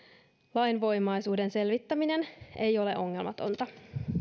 lainvoimaisuuden selvittäminen ei ole ongelmatonta